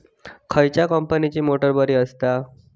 खयल्या कंपनीची मोटार बरी असता?